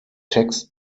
text